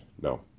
no